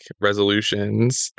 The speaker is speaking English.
resolutions